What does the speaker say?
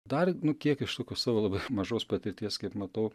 dar nu kiek iš tokios savo labai mažos patirties kaip matau